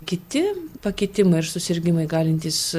kiti pakitimai ar susirgimai galintys